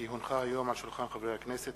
כי הונחו היום על שולחן הכנסת,